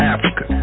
Africa